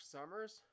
Summers